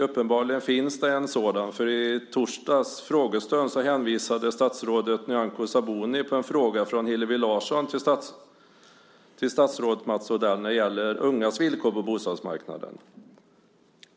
Uppenbarligen finns det en sådan. I torsdagens frågestund hänvisade statsrådet Nyamko Sabuni en fråga från Hillevi Larsson till statsrådet Mats Odell som gällde ungas villkor på bostadsmarknaden.